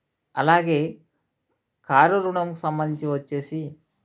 అలాగే కారు రుణం సంబంధించి వచ్చేసి